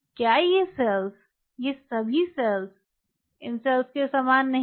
क्या ये सेल्स ये सभी सेल्स इन सेल्स के समान नहीं हैं